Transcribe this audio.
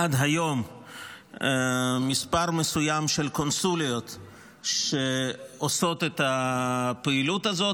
עד היום מספר מסוים של קונסוליות שעושות את הפעילות הזאת.